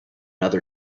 other